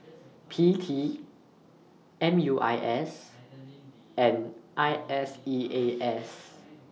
P T M U I S and I S E A S